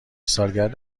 سالگرد